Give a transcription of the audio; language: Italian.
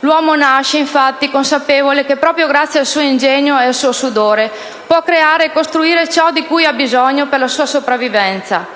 l'uomo nasce, infatti, consapevole che proprio grazie al suo ingegno e al suo sudore può creare e costruire ciò di cui ha bisogno per la sua sopravvivenza;